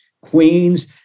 Queens